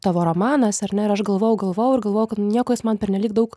tavo romanas ar ne aš galvojau galvojau ir galvojau kad niekas man pernelyg daug